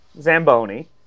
Zamboni